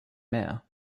mayor